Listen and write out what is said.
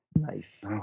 Nice